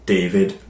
David